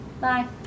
bye